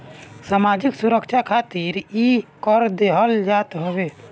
सामाजिक सुरक्षा खातिर इ कर देहल जात हवे